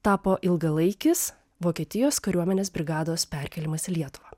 tapo ilgalaikis vokietijos kariuomenės brigados perkėlimas į lietuvą